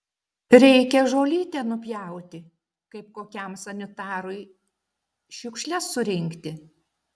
reikia žolytę nupjauti kaip kokiam sanitarui šiukšles surinkti